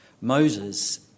Moses